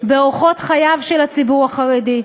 באורחות חייו של הציבור החרדי.